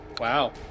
Wow